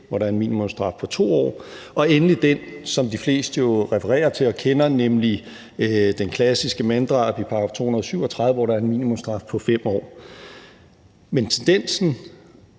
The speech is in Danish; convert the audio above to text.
hvor der er en minimumsstraf på 2 år, og endelig er der den, som de fleste jo refererer til og kender, nemlig den klassiske manddrabsparagraf, § 237, hvor der er en minimumsstraf på 5 år. Men tendensen